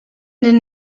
den